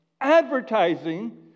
advertising